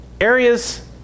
Areas